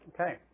Okay